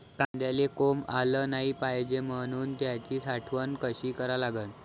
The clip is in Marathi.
कांद्याले कोंब आलं नाई पायजे म्हनून त्याची साठवन कशी करा लागन?